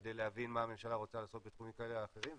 כדי להבין מה הממשלה רוצה לעשות בתחומים כאלה ואחרים.